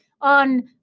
on